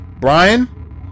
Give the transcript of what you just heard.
Brian